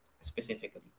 specifically